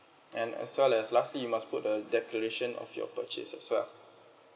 and as well as lastly you must put the declaration of your purchase as well